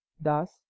thus